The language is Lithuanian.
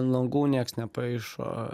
an langų nieks nepaišo